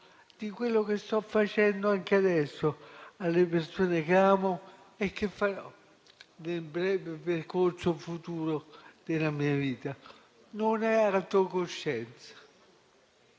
di quello che sto facendo anche adesso alle persone che amo e di quello che farò nel breve percorso futuro della mia vita. Non è la tua coscienza.